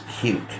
cute